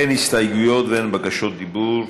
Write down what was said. אין הסתייגויות ואין בקשות דיבור.